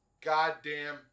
goddamn